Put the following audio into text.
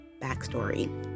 backstory